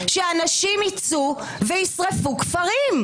שאנשים ייצאו וישרפו כפרים.